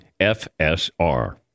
FSR